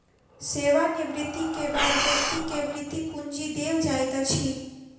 सेवा निवृति के बाद व्यक्ति के वृति पूंजी देल जाइत अछि